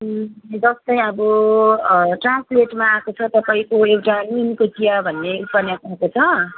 जस्तै अब ट्रान्सलेटमा आएको छ तपाईँको एउटा नुनको चिया भन्ने उपन्यास आएको छ